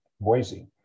Boise